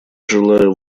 желаю